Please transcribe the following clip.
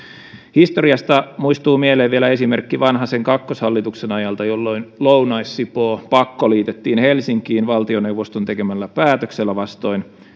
historiasta vielä muistuu mieleen esimerkki vanhasen kakkoshallituksen ajalta jolloin lounais sipoo pakkoliitettiin helsinkiin valtioneuvoston tekemällä päätöksellä vastoin